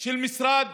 של משרד